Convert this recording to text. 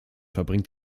verbringt